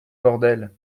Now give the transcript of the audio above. bordel